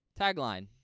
Tagline